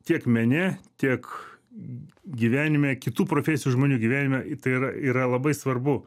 tiek mene tiek gyvenime kitų profesijų žmonių gyvenime tai yra yra labai svarbu